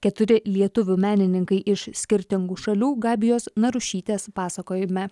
keturi lietuvių menininkai iš skirtingų šalių gabijos narušytės pasakojime